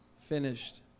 finished